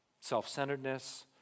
self-centeredness